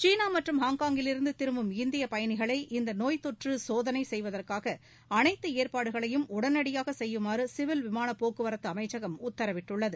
சீனா மற்றும் ஹாங்காங்கிலிருந்து திரும்பும் இந்தியப் பயணிகளை இந்த நோய்த் தொற்று சோதனை செய்வதற்காக அனைத்து அஏற்பாடுகளையும் உடனடியாக செய்யுமாறு சிவில் விமான போக்குவரத்து அமைச்சகம் உத்தரவிட்டுள்ளது